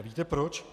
A víte proč?